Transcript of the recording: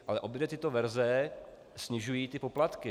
Ale obě tyto verze snižují poplatky.